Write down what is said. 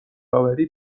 آوری